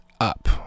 up